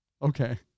Okay